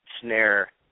snare